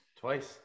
twice